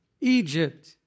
Egypt